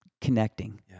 connecting